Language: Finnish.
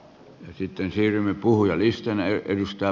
ja sitten siirrymme puhujalistaan